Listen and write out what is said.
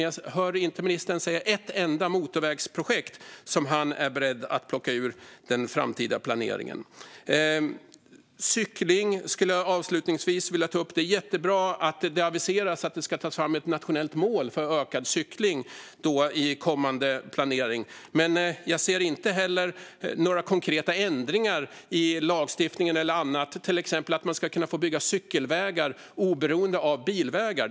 Jag hör dock inte ministern säga att han är beredd att plocka bort ett enda motorvägsprojekt från den framtida planeringen. Avslutningsvis skulle jag vilja ta upp cykling. Det är jättebra att det aviseras ett nationellt mål för ökad cykling i kommande planering. Men jag ser inte några konkreta ändringar i lagstiftning eller annat, till exempel att man ska kunna få bygga cykelvägar oberoende av bilvägar.